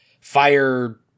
fire